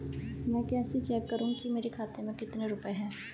मैं कैसे चेक करूं कि मेरे खाते में कितने रुपए हैं?